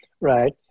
Right